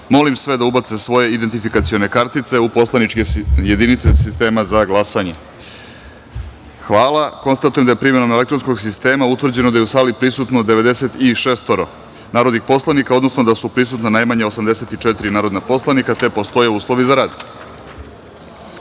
molim narodne poslanike da ubace kartice u poslaničke jedinice elektronskog sistema za glasanje. Hvala. Konstatujem da je primenom elektronskog sistema utvrđeno da je u sali prisutno 96 narodnih poslanika, odnosno da su prisutna najmanje 84 narodna poslanika te postoje uslovi za rad. Da